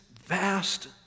vast